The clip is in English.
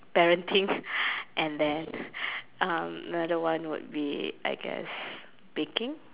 parenting and then another one will be I guess speaking